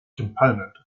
component